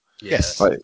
Yes